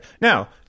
Now